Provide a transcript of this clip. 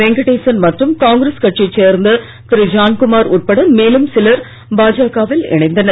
வெங்கடேசன் மற்றும் காங்கிரஸ் கட்சியை சேர்ந்த திரு ஜான்குமார் உட்பட மேலும் சிலர் பாஜகவில் இணைந்தனர்